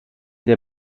der